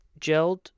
gelled